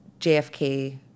JFK